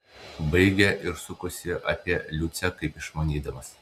baigė ir sukosi apie liucę kaip išmanydamas